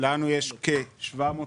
לנו כ-700 רפתות.